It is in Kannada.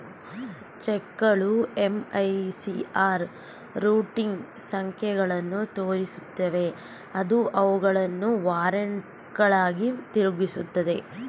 ಚೆಕ್ಗಳು ಎಂ.ಐ.ಸಿ.ಆರ್ ರೂಟಿಂಗ್ ಸಂಖ್ಯೆಗಳನ್ನು ತೋರಿಸುತ್ತವೆ ಅದು ಅವುಗಳನ್ನು ವಾರೆಂಟ್ಗಳಾಗಿ ಗುರುತಿಸುತ್ತದೆ